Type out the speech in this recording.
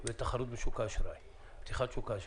ואת התחרות בשוק האשראי, פתיחת שוק האשראי.